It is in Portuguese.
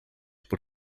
por